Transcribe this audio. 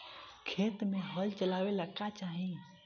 खेत मे हल चलावेला का चाही?